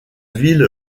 ville